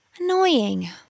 Annoying